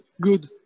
good